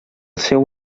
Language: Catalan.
seu